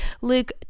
Luke